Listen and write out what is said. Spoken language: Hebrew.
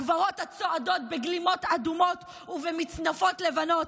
הגברות הצועדות בגלימות אדומות ובמצנפות לבנות,